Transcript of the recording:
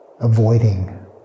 avoiding